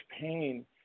pain